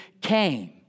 came